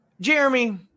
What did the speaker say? Jeremy